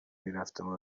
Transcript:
میرفتم